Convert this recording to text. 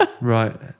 Right